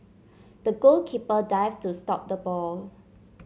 the goalkeeper dived to stop the ball